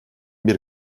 bir